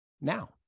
now